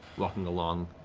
walking along.